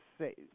say